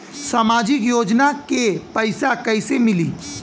सामाजिक योजना के पैसा कइसे मिली?